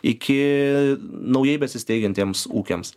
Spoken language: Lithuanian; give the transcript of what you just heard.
iki naujai besisteigiantiems ūkiams